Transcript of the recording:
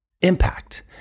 Impact